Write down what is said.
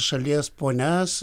šalies ponias